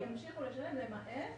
ימשיכו לשלם למעט